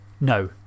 no